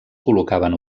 col·locaven